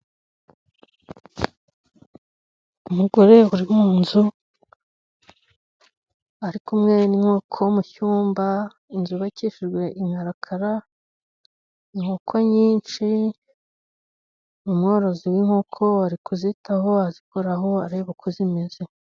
Umugore uri mu nzu ari kumwe n'inkoko mu cyumba inzu yubakishijwe inkarakara. Inkoko nyinshi umworozi w'inkoko ari kuzitaho azikoraho areba uko zimeze.